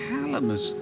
Calamus